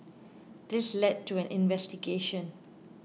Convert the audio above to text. this led to an investigation